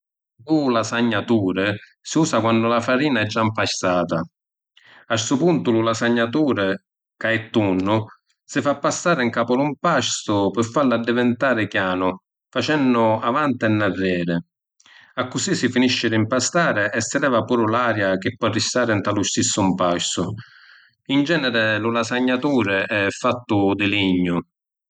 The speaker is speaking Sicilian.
Lu lasagnaturi si usa quannu la farina è già ‘mpastata. A stu puntu lu lasagnaturi, ca è tunnu, si fa passari ‘n capu lu ‘mpastu pi fallu addivintari chianu, facennu avanti e ‘n narreri. Accussì si finisci di ‘mpastari e si leva puru l’aria chi po’ arristari nta lu stissu ‘mpastu. In generi lu lasagnaturi è fattu di lignu.